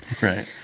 Right